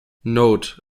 note